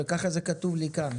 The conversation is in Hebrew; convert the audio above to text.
ככה זה כתוב לי כאן,